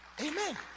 Amen